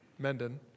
Menden